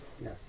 Yes